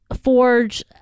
Forge